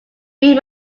read